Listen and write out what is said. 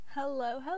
Hello